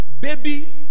Baby